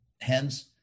Hence